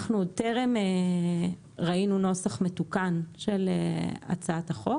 טרם ראינו נוסח מתוקן של הצעת החוק,